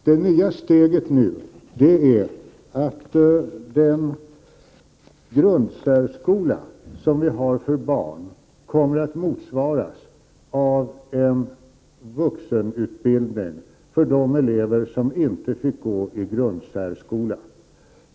Det nya steget nu är att den grundsärskola som vi har för barn kommer att motsvaras av en vuxenutbildning för de elever som inte fick gå i grundsärskola.